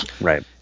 Right